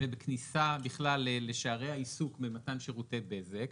ובכניסה בכלל לשערי העיסוק במתן שירותי בזק,